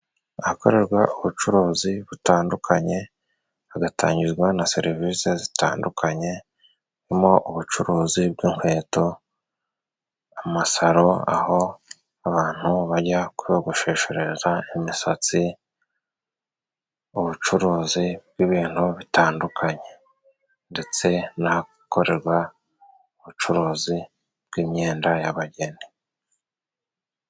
Ahakorerwa ubucuruzi butandukanye, hagatangizwa na serivisi zitandukanye harimo ubucuruzi bw'inkweto, amasaro aho abantu bajya kogoshereza imisatsi, ubucuruzi bw'ibintu bitandukanye, ndetse n'ahakorerwa ubucuruzi bw'imyenda y'abageni.